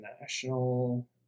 national